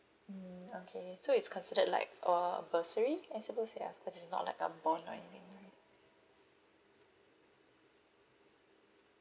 mm okay so it's considered like uh bursary I suppose ya cause is not like a bond or anything